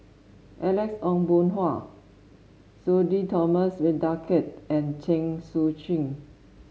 Alex Ong Boon Hau Sudhir Thomas Vadaketh and Chen Sucheng